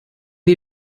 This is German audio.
die